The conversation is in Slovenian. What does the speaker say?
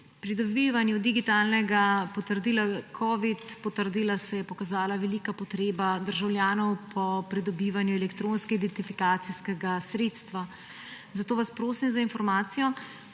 pridobivanju digitalnega covid potrdila se je pokazala velika potreba državljanov po pridobivanju elektronskega identifikacijskega sredstva. Zato vas prosim za informacijo: